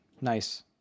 Nice